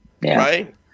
right